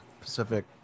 Pacific